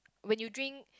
when you drink